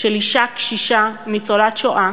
של אישה קשישה, ניצולת שואה,